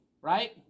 right